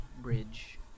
bridge